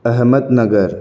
Ahmednagar